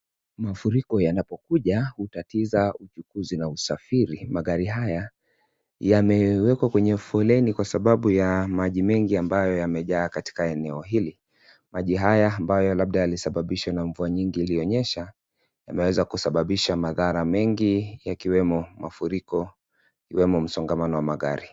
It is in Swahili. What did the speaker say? Mafuriko yanapokuja hutatiza uchukuzi na usafiri, magari haya yamewekwa kwenye foleni kwa sababu ya maji mengi ambayo yamejaa katika eneo hili, maji haya ambayo labda yalisababishwa na mvua nyingi iliyonyesha yameweza kusababisha madhara mengi yakiwemo mafuriko, ikiwemo msongamano wa magari.